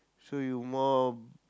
so you more of